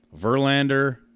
Verlander